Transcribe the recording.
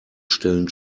stellen